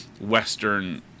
western